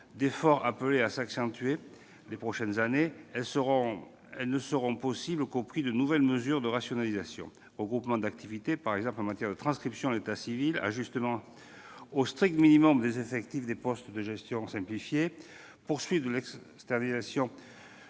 effort appelé à s'accentuer les années suivantes -ne seront possibles qu'au prix de nouvelles mesures de rationalisation : regroupement d'activités, par exemple en matière de transcription de l'état civil, ajustement au strict minimum des effectifs des « postes à gestion simplifiée », poursuite de l'externalisation